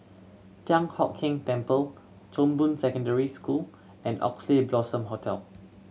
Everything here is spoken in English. Thian Hock Keng Temple Chong Boon Secondary School and Oxley Blossom Hotel